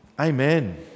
Amen